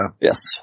Yes